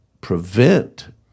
prevent